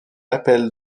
appelle